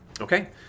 Okay